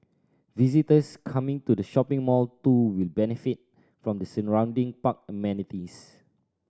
visitors coming to the shopping mall too will benefit from the surrounding park amenities